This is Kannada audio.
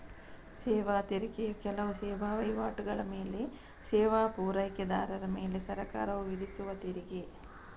ಸೇವಾ ತೆರಿಗೆಯು ಕೆಲವು ಸೇವಾ ವೈವಾಟುಗಳ ಮೇಲೆ ಸೇವಾ ಪೂರೈಕೆದಾರರ ಮೇಲೆ ಸರ್ಕಾರವು ವಿಧಿಸುವ ತೆರಿಗೆ